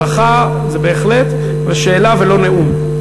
ברכה בהחלט, ושאלה ולא נאום.